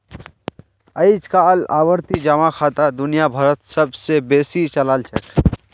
अइजकाल आवर्ती जमा खाता दुनिया भरोत सब स बेसी चलाल छेक